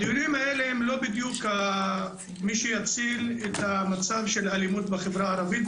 הדיונים האלה לא בדיוק הם אלה שיצילו את המצב של האלימות בחברה הערבית,